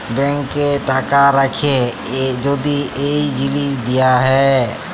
ব্যাংকে টাকা রাখ্যে যদি এই জিলিস দিয়া হ্যয়